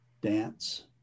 dance